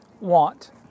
want